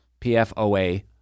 PFOA